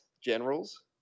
generals